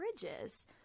Bridges